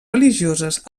religioses